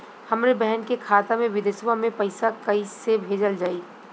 हमरे बहन के खाता मे विदेशवा मे पैसा कई से भेजल जाई?